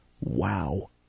Wow